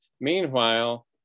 Meanwhile